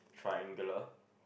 triangular